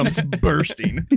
bursting